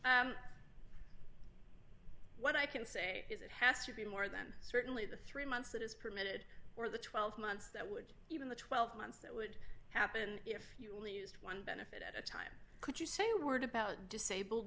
charge what i can say is it has to be more than certainly the three months it is permitted or the twelve months that would even the twelve months that would happen if you only used one benefit at a time could you say a word about disabled